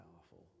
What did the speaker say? powerful